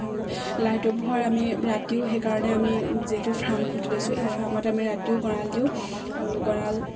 আৰু লাইটৰ আমি ৰাতিও সেইকাৰণে আমি যিহেতু ফ্ৰাম খুলি লৈছোঁ এই ফ্ৰামত আমি ৰাতিও গঁড়াল দিওঁ আৰু গঁড়াল